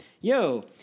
yo